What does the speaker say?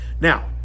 now